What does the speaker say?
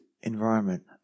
environment